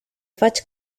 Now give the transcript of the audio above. faig